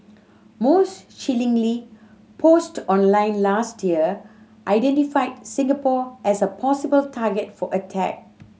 most chillingly post online last year identified Singapore as a possible target for attack